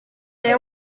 est